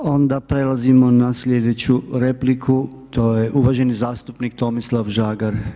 Onda prelazimo na sljedeću repliku, to je uvaženi zastupnik Tomislav Žagar.